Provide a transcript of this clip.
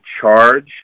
charge